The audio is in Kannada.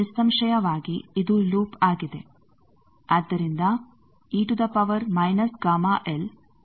ನಿಸ್ಸಂಶಯವಾಗಿ ಇದು ಲೂಪ್ ಆಗಿದೆ